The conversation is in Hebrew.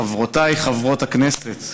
חברותיי חברות הכנסת,